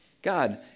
God